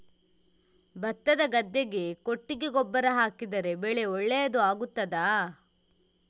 ಭತ್ತದ ಗದ್ದೆಗೆ ಕೊಟ್ಟಿಗೆ ಗೊಬ್ಬರ ಹಾಕಿದರೆ ಬೆಳೆ ಒಳ್ಳೆಯದು ಆಗುತ್ತದಾ?